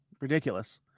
ridiculous